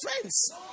friends